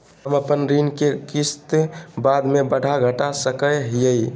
हम अपन ऋण के किस्त बाद में बढ़ा घटा सकई हियइ?